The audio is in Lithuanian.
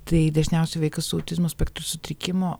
tai dažniausiai vaikas su autizmo spektro sutrikimu